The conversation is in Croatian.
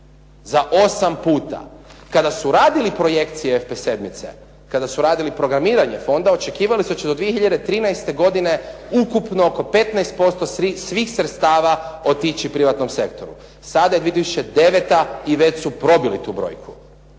za 8 puta. Kada su radili projekt FP7-ice, kada su radili programiranje fonda očekivali su da će do 2013. godine ukupno oko 15% svih sredstava otići privatnom sektoru. Sada je 2009. i već su probili tu brojku.